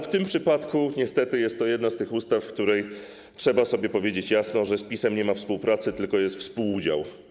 W tym przypadku niestety jest to jednak jedna z tych ustaw, w odniesieniu do której trzeba sobie powiedzieć jasno, że z PiS-em nie ma współpracy, tylko jest współudział.